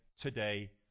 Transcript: today